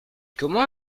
comment